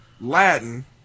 Latin